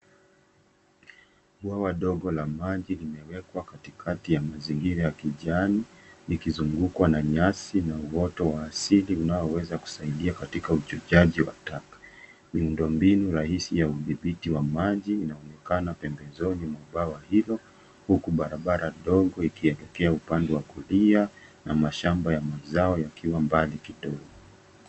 Bwawa dogo la maji limewekwa katikati ya mazingira ya kijani likizungukwa na nyasi na uwoto wa asili unaoweza kusaidia katika uchochaji wa taka. Miundombinu rahisi ya udhibiti wa maji inaonekana pembezoni mwa bwawa hilo huku barabara dogo ikielekea upande ya kulia na mashamba ya mazao yakiwa mbali kidogo.